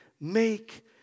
make